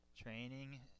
training